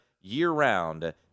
year-round